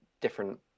different